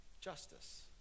justice